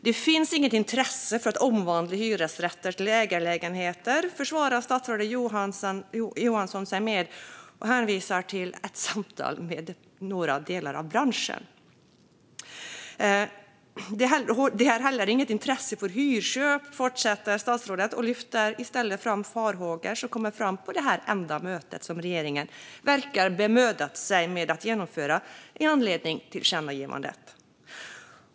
Det finns inget intresse för att omvandla hyresrätter till ägarlägenheter, försvarar statsrådet Johansson sig med och hänvisar till ett samtal med några delar av branschen. Det finns heller inget intresse för hyrköp, fortsätter statsrådet. Han lyfter i stället fram farhågor som kom fram på vad som verkar vara det enda möte regeringen bemödat sig att genomföra med anledning av tillkännagivandet.